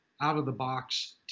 out-of-the-box